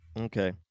Okay